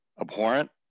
abhorrent